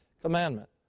commandment